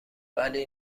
ولی